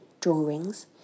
drawings